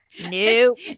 Nope